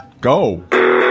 Go